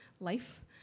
life